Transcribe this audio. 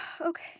okay